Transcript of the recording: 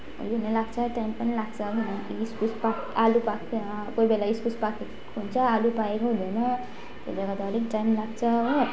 लाग्छ टाइम पनि लाग्छ किनकि इस्कुस पाक आलु पाक कोही बेला इस्कुस पाकेको हुन्छ आलु पाकेकै हुँदैन त्यसले गर्दा अलिक टाइम लाग्छ हो